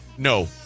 No